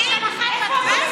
מה זה?